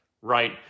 Right